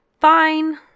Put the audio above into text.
Fine